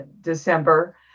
December